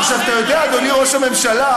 עכשיו, אתה יודע, אדוני ראש הממשלה,